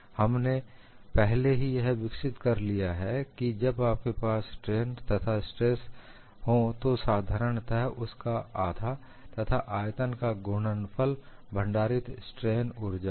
हमने पहले ही यह विकसित कर लिया है कि जब आपके पास स्ट्रेन तथा स्ट्रेस हो तो यह साधारणत उसका 12 तथा आयतन का गुणनफल भंडारित स्ट्रेन ऊर्जा है